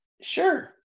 sure